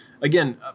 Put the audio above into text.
Again